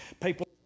people